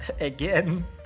again